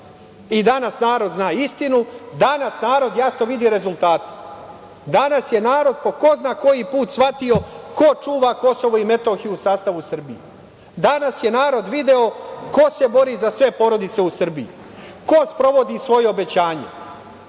narod zna istinu. Danas narod jasno vidi rezultate. Danas je narod po ko zna koji put shvatio ko čuva Kosovo i Metohiju u sastavu Srbije. Danas je narod video ko se bori za sve porodice u Srbiji, ko sprovodi svoja obećanja,